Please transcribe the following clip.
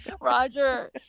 roger